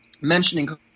mentioning